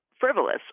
frivolous